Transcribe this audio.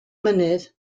mynydd